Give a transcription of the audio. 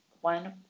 one